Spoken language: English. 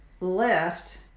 left